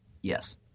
Yes